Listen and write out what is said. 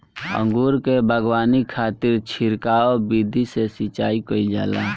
अंगूर के बगावानी खातिर छिड़काव विधि से सिंचाई कईल जाला